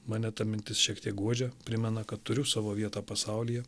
mane ta mintis šiek tiek guodžia primena kad turiu savo vietą pasaulyje